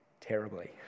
terribly